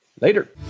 later